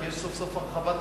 כי יש סוף-סוף הרחבה תקציבית,